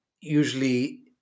usually